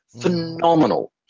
phenomenal